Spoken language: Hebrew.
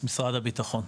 משרד הביטחון.